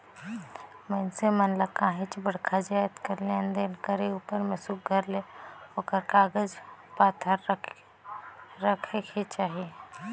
मइनसे मन ल काहींच बड़खा जाएत कर लेन देन करे उपर में सुग्घर ले ओकर कागज पाथर रखेक ही चाही